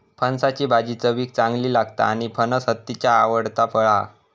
फणसाची भाजी चवीक चांगली लागता आणि फणस हत्तीचा आवडता फळ हा